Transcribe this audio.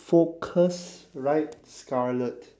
focusrite scarlett